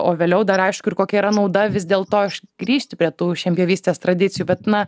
o vėliau dar aišku ir kokia yra nauda vis dėl to aš grįžti prie tų žemdirbystės tradicijų bet na